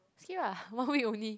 skip ah one week only